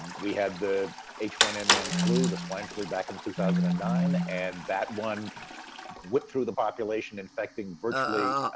and we had the h one n one flu, the swine flu back two thousand and nine, and that one went through the population infecting virtually,